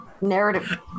Narrative